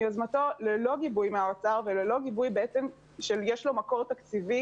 ללא גיבוי מן האוצר וללא גיבוי שיש לו מקור תקציבי